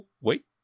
wait